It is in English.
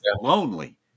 lonely